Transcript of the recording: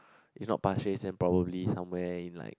if not Pasir-Ris then probably somewhere in like